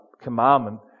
commandment